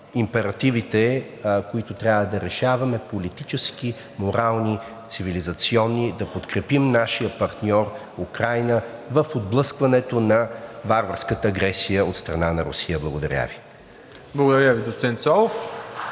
императивите, които трябва да решаваме – политически, морални, цивилизационни, да подкрепим нашия партньор Украйна в отблъскването на варварската агресия от страна на Русия. Благодаря Ви. (Ръкопляскания от